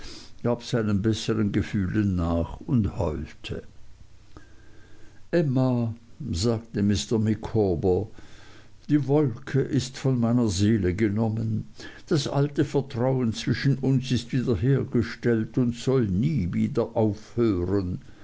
gab seinen besseren gefühlen nach und heulte emma sagte mr micawber die wolke ist von meiner seele genommen das alte vertrauen zwischen uns ist wieder hergestellt und soll nie wieder aufhören